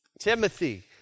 Timothy